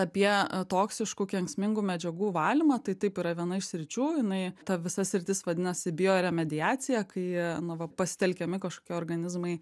apie toksiškų kenksmingų medžiagų valymą tai taip yra viena iš sričių jinai ta visa sritis vadinasi bioremediacija kai na va pasitelkiami kažkokie organizmai